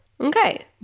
Okay